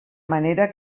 manera